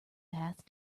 path